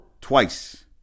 twice